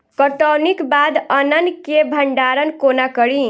कटौनीक बाद अन्न केँ भंडारण कोना करी?